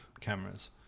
cameras